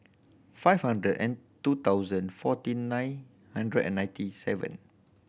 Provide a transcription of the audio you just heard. five hundred and two thousand forty nine hundred and ninety seven